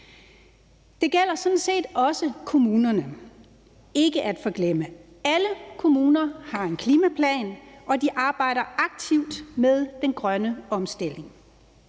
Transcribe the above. Det gælder sådan set også kommunerne ikke at forglemme. Alle kommuner har en klimaplan, og de arbejder aktivt med den grønne omstilling.